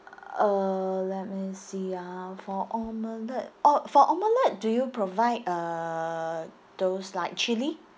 uh let me see ah for omelette oh for omelette do you provide uh those like chili